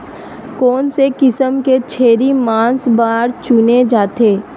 कोन से किसम के छेरी मांस बार चुने जाथे?